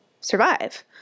survive